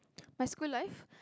my school life